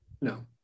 No